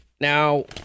now